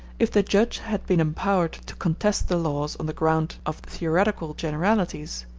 if the judge had been empowered to contest the laws on the ground of theoretical generalities,